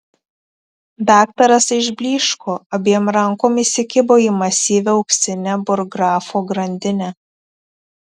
daktaras išblyško abiem rankom įsikibo į masyvią auksinę burggrafo grandinę